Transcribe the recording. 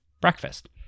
breakfast